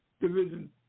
division